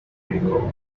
rico